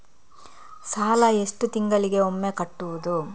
ಸಾಲ ಎಷ್ಟು ತಿಂಗಳಿಗೆ ಒಮ್ಮೆ ಕಟ್ಟುವುದು?